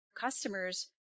customers